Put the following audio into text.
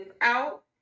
out